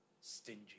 Stingy